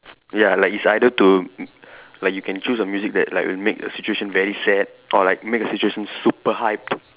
ya like it's either to mm like you can choose a music that like will make a situation very sad or like make a situation super hyped